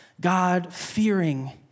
God-fearing